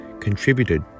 contributed